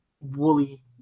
woolly